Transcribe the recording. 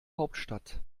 hauptstadt